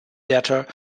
debtor